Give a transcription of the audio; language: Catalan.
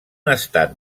estat